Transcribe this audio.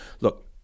Look